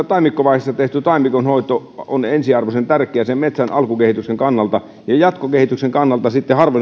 taimikkovaiheessa tehty taimikonhoito on ensiarvoisen tärkeä sen metsän alkukehityksen kannalta ja jatkokehityksen kannalta sitten